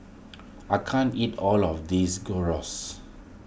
I can't eat all of this Gyros